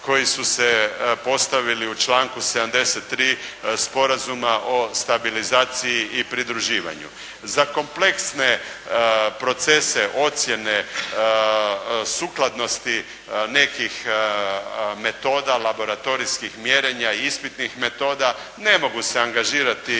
koji su se u postavili u članku 73. Sporazuma o stabilizaciji i pridruživanju. Za kompleksne procese, ocijene, sukladnosti nekih metoda laboratorijskih mjerenja, ispitnih metoda, ne mogu se angažirati